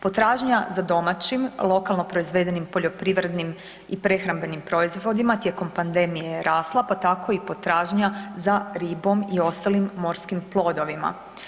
Potražnja za domaćim lokalno proizvedenim poljoprivrednim i prehrambenim proizvodima tijekom pandemije je rasla, pa tako i potražnja za ribom i ostalim morskim plodovima.